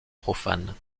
profanes